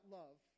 love